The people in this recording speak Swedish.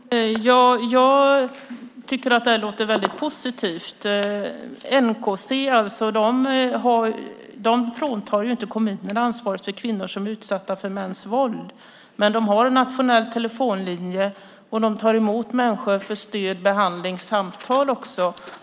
Herr talman! Jag tycker att detta låter väldigt positivt. NCK fråntar inte kommunerna ansvaret för kvinnor som är utsatta för mäns våld. Men de har en nationell telefonlinje, och de tar emot människor för stöd, behandling och samtal.